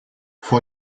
vor